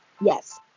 yes